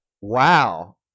Wow